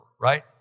Right